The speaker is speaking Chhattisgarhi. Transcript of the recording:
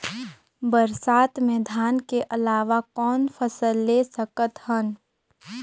बरसात मे धान के अलावा कौन फसल ले सकत हन?